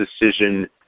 decision